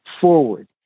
forward